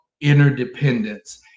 interdependence